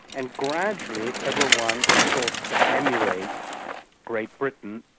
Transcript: and gradually, everyone thought to emulate great britain,